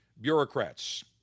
bureaucrats